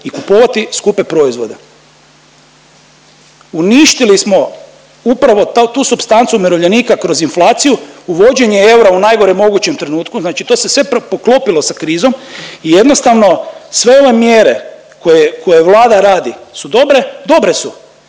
i kupovati skupe proizvode. Uništili smo upravo tu supstancu umirovljenika kroz inflaciju, uvođenje eura u najgorem mogućem trenutku, znači to se sve poklopilo sa krizom i jednostavno sve ove mjere koje, koje Vlada radi su dobre, dobre su,